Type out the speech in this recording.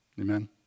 Amen